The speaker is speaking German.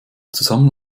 zusammen